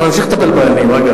אנחנו נמשיך לטפל בעניים.